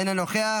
אינו נוכח,